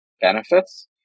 benefits